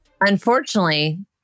Unfortunately